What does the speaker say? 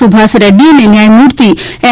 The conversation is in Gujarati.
સુભાષ રેડ્રી અને ન્યાયમૂર્તિ એમ